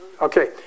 okay